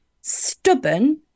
stubborn